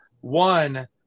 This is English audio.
one